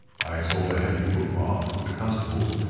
i saw the heavy footmarks of the constables,